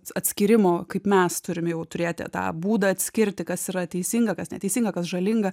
atskyrimo kaip mes turim jau turėti tą būdą atskirti kas yra teisinga kas neteisinga kas žalinga